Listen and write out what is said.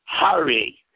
Hurry